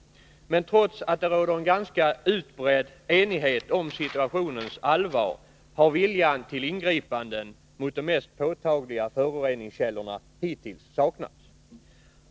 Men trots att det råder en ganska utbredd enighet om situationens allvar har viljan till ingripanden mot de mest påtagliga föroreningskällorna hittills saknats.